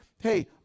Hey